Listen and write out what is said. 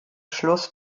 schluss